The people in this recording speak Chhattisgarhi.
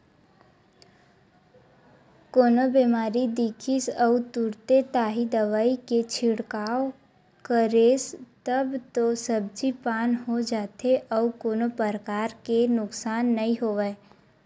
कोनो बेमारी दिखिस अउ तुरते ताही दवई के छिड़काव करेस तब तो सब्जी पान हो जाथे अउ कोनो परकार के जादा नुकसान नइ होवय